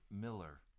Miller